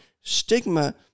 Stigma